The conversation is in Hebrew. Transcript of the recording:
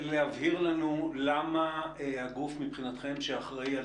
את יכולה להבהיר לנו למה מבחינתכם הגוף שאחראי על